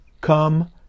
Come